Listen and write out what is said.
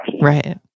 Right